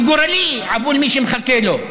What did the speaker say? הוא גורלי עבור מי שמחכה לו.